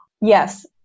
Yes